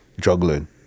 Juggling